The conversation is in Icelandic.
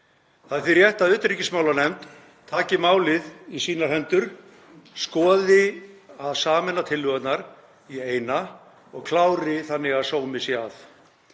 Það er því rétt að utanríkismálanefnd taki málið í sínar hendur, skoði að sameina tillögurnar í eina og klári þannig að sómi sé að.